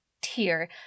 tier